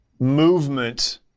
movement